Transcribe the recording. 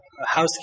housekeeping